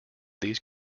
these